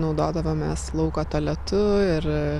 naudodavomės lauko tualetu ir